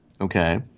okay